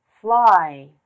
Fly